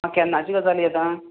केन्नाची गजाल ही आतां